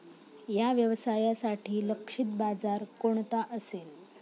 या व्यवसायासाठी लक्षित बाजार कोणता असेल?